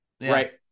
right